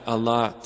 Allah